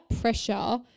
pressure